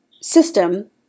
system